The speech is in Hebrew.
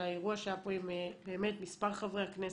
על האירוע שהיה פה עם באמת מספר חברי הכנסת,